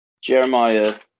jeremiah